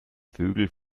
vögel